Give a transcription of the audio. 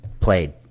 Played